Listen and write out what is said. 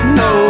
no